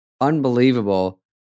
unbelievable